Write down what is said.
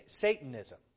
Satanism